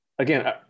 Again